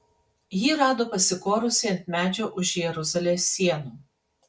jį rado pasikorusį ant medžio už jeruzalės sienų